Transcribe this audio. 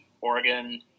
Oregon